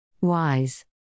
Wise